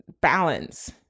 balance